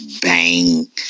bang